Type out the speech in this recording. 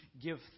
give